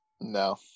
No